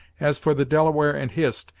as for the delaware and hist,